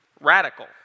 radical